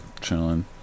chilling